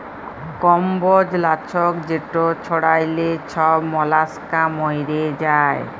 কম্বজ লাছক যেট ছড়াইলে ছব মলাস্কা মইরে যায়